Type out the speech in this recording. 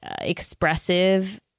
expressive